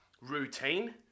routine